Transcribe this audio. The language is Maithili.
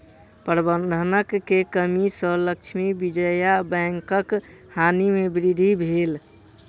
प्रबंधन के कमी सॅ लक्ष्मी विजया बैंकक हानि में वृद्धि भेल